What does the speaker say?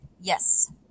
Yes